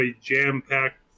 jam-packed